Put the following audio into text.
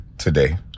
today